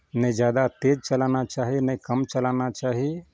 ने जादा तेज चलाना चाही नै कम चलाना